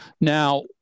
Now